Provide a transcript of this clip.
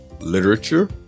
literature